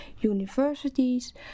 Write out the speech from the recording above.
universities